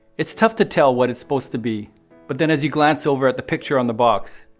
it's tough to tell what it's supposed to be but then as you glance over at the picture on the box,